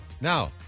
Now